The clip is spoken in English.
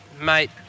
mate